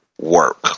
work